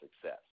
success